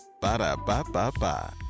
Ba-da-ba-ba-ba